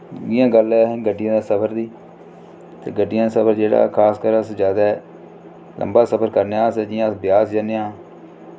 इं'या गल्ल ऐ गड्डियें सफर दी ते गड्डियां दा सफर खास करियै जादै लंबा सफर करने आं जि'यां अस ब्यास जन्ने आं